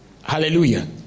Hallelujah